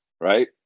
right